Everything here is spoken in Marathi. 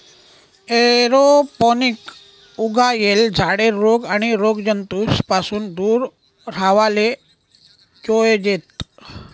एरोपोनिक उगायेल झाडे रोग आणि रोगजंतूस पासून दूर राव्हाले जोयजेत